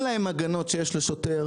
אין להם הגנות שיש לשוטר,